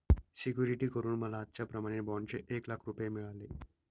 security करून मला आजच्याप्रमाणे बाँडचे एक लाख रुपये मिळाले